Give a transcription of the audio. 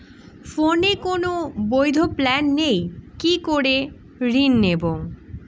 ফোনে কোন বৈধ প্ল্যান নেই কি করে ঋণ নেব?